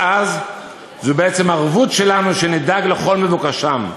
זו בעצם ערבות שלנו שנדאג לכל מבוקשם.